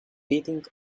beating